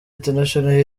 international